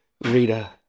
Rita